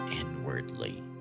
inwardly